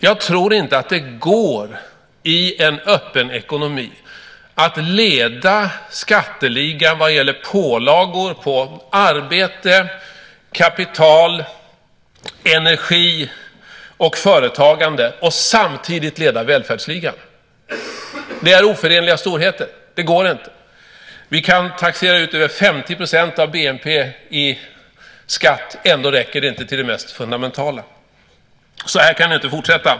Jag tror inte att det i en öppen ekonomi går att leda skatteligan vad gäller pålagor på arbete, kapital, energi och företagande och samtidigt leda välfärdsligan. Det är oförenliga storheter. Det går inte. Vi kan taxera ut över 50 % av BNP i skatt, ändå räcker det inte till det mest fundamentala. Så här kan det inte fortsätta.